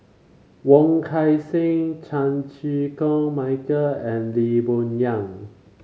Wong Kan Seng Chan Chew Koon Michael and Lee Boon Yang